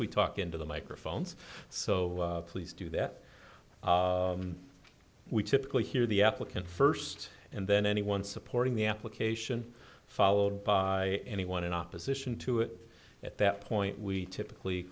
we talk into the microphones so please do that we typically hear the applicant first and then anyone supporting the application followed by anyone in opposition to it at that point we typically